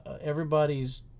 everybody's